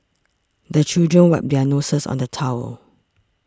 the children wipe their noses on the towel